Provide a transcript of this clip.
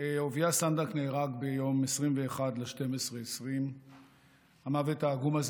אהוביה סנדק נהרג ביום 21 בדצמבר 2020. המוות העגום הזה